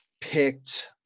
picked